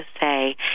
say